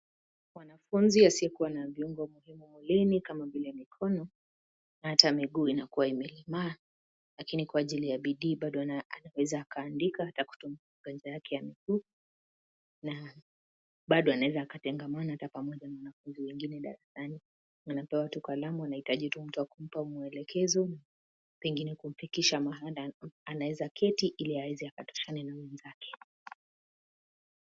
Mwanafunzi asiyekua na viungo muhimu mwilini kama vile mikono, na hata miguu inakua imelemaa, lakini kwa ajili ya bidii bado anaweza akaandika hata kutumia kwa njia yake ya miguu na bado anaweza akatangamana hata pamoja na wanafunzi wengine darasani. Anapewa tuuh kalamu anahitaji tuuh mtu wa kumpa mwelekezo, pengine kumpitisha mahali anaeza keti ili aweze akapitishana na wenzake.